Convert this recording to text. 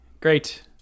Great